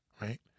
right